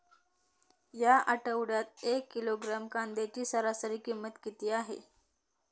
या आठवड्यात एक किलोग्रॅम कांद्याची सरासरी किंमत किती आहे?